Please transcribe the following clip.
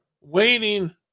waiting